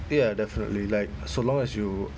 ya definitely like so long as you